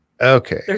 Okay